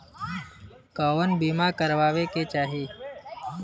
कउन बीमा करावें के चाही?